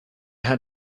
had